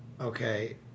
Okay